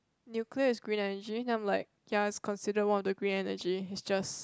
nuclear is green energy then I'm like ya it's considered one of the green energy it's just